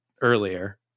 earlier